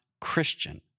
Christian